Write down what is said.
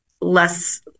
less